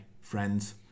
friends